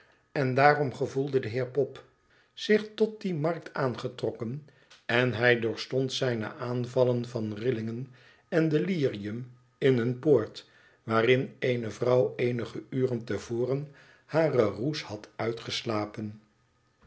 en daarom gevoelde de heer pop zidi tot die markt aangetrokken en hij doorstond zijne aanvallen van rillingen en delirium in eene poort waarin eene vrouw eenige uren te voren hare roes had uitgeslapen